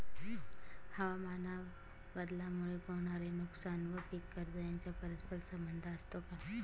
हवामानबदलामुळे होणारे नुकसान व पीक कर्ज यांचा परस्पर संबंध असतो का?